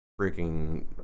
freaking